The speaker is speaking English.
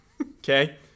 Okay